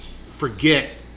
forget